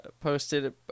posted